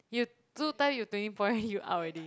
you two time you twenty point you out already